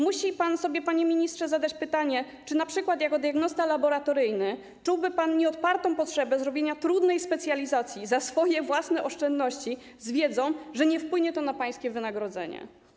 Musi pan, panie ministrze, zadać sobie pytanie, czy np. jako diagnosta laboratoryjny czułby pan nieodpartą potrzebę zrobienia trudnej specjalizacji za swoje własne oszczędności z wiedzą, że nie wpłynie to na pańskie wynagrodzenie.